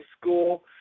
school